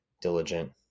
diligent